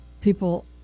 people